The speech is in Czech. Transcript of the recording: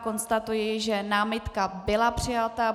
Konstatuji, že námitka byla přijata.